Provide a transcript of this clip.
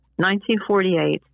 1948